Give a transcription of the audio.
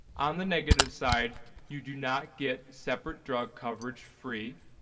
on the negative side you do not get separate drug coverage free,